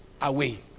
away